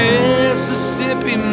Mississippi